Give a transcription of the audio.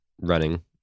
running